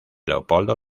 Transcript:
leopoldo